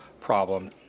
problem